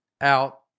out